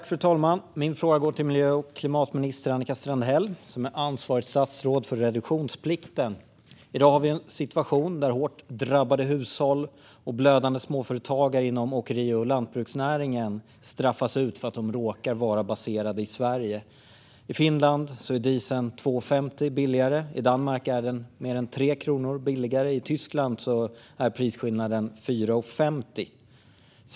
Fru talman! Min fråga går till klimat och miljöminister Annika Strandhäll, som är ansvarigt statsråd för reduktionsplikten. I dag har vi en situation där hårt drabbade hushåll och blödande småföretagare inom åkeri och lantbruksnäringen straffas ut för att de råkar vara baserade i Sverige. I Finland är dieseln 2,50 kronor billigare. I Danmark är den mer än 3 kronor billigare. Om vi jämför med Tyskland är prisskillnaden 4,50 kronor.